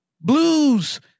blues